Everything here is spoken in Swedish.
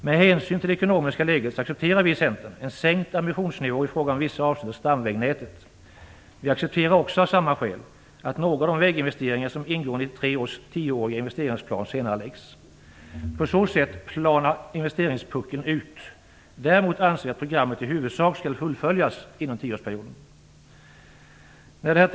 Med hänsyn till det ekonomiska läget accepterar vi i Centern en sänkt ambitionsnivå i fråga om vissa avsnitt av stamvägnätet. Vi accepterar också av samma skäl att några av de väginvesteringar som ingår i 1993 års tioåriga investeringsplan senareläggs. På så sätt planar investeringspuckeln ut. Däremot anser vi att programmet i huvudsak skall fullföljas inom tioårsperioden. Herr talman!